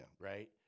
right